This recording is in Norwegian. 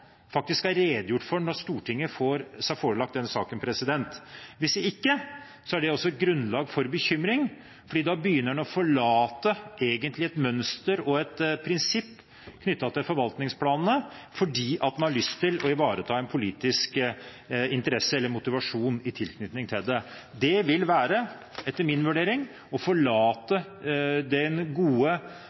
faktisk er redegjort for når Stortinget får seg forelagt den saken. Hvis ikke er det også grunnlag for bekymring, for da begynner en egentlig å forlate et mønster og et prinsipp knyttet til forvaltningsplanene, fordi en har lyst til å ivareta en politisk interesse eller motivasjon. Det vil etter min vurdering være å forlate den gode